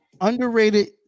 underrated